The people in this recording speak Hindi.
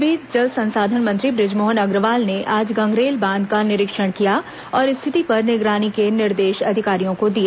इस बीच जल संसाधन मंत्री बृजमोहन अग्रवाल ने आज गंगरेल बांध का निरीक्षण किया और स्थिति पर निगरानी के निर्देश अधिकारियों को दिए